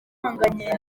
uhanganye